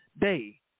day